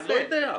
אני לא יודע,